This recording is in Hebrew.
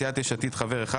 סיעת יש עתיד חבר אחד.